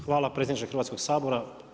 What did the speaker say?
Hvala predsjedniče Hrvatskog sabora.